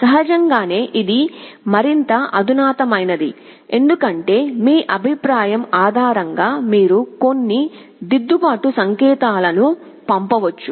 సహజంగానే ఇది మరింత అధునాతనమైనది ఎందుకంటే మీ అభిప్రాయం ఆధారంగా మీరు కొన్ని దిద్దుబాటు సంకేతాలను పంపవచ్చు